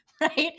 right